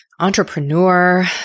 entrepreneur